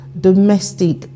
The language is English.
domestic